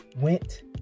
went